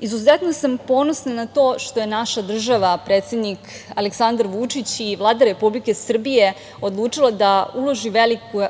izuzetno sam ponosna na to što je naša država, predsednik Aleksandar Vučić i Vlada Republike Srbije odlučila da uloži velika sredstva